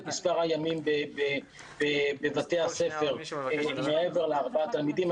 מספר הימים בבתי הספר מעבר לארבעה הימים.